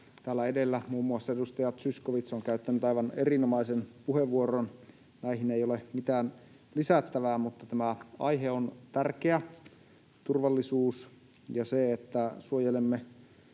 täällä edellä muun muassa edustaja Zyskowicz on käyttänyt aivan erinomaisen puheenvuoron. Näihin ei ole mitään lisättävää, mutta tämä aihe on tärkeä. Turvallisuus ja se, että suojelemme